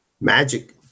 Magic